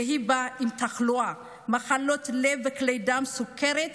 והיא באה עם תחלואה, מחלות לב וכלי דם, סוכרת,